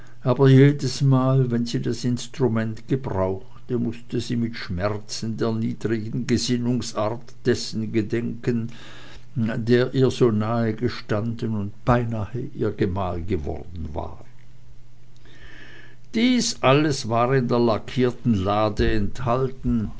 aber jedesmal wenn sie das instrument gebrauchte mußte sie mit schmerzen der niedrigen gesinnungsart dessen gedenken der ihr so nahegestanden und beinahe ihr gemahl geworden wäre dies alles war in der lackierten lade enthalten